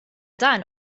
dan